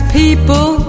people